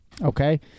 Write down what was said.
Okay